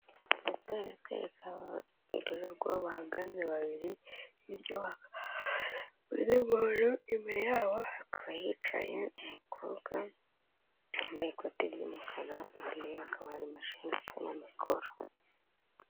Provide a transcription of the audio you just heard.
Iyi foto iratwereka abagorobwa babiri hirya yaho hakaba undi muntu imbere yabo hakaba hicaye umukobwa wambaye ikote ry'umukara imbere ye hakaba hari imashini ndetse na mikoro.